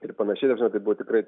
ir panašiai žinokit buvo tikrai